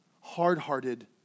hard-hearted